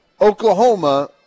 Oklahoma